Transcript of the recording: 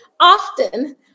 often